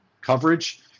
coverage